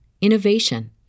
innovation